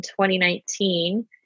2019